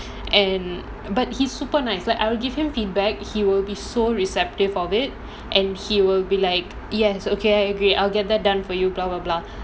and but he's super nice like I will give him feedback he will be so receptive of it and he will be like yes okay I agree I will get that done for you